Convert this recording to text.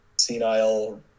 senile